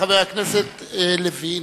לחבר הכנסת לוין.